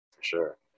Sure